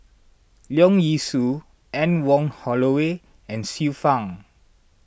Leong Yee Soo Anne Wong Holloway and Xiu Fang